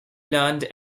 learned